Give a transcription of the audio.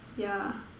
yeah